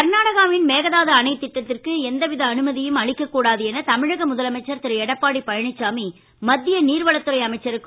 கர்நாடகாவின் மேகதாது அணை திட்டத்திற்கு எவ்வித அனுமதியும் அளிக்க கூடாது என தமிழக முதலமைச்சர் திரு எடப்பாடி பழனிச்சாமி மத்திய நீர்வளத்துறை அமைச்சருக்கும்